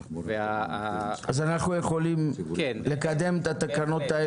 אז אנחנו יכולים לקדם את התקנות -- כן.